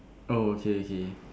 oh okay okay